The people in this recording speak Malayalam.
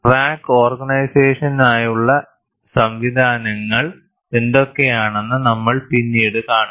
ക്രാക്ക് ഓർഗനൈസേഷനായുള്ള സംവിധാനങ്ങൾ എന്തൊക്കെയാണെന്ന് നമ്മൾ പിന്നീട് കാണും